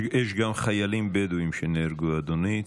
יש גם חיילים בדואים שנהרגו, אדוני.